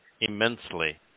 immensely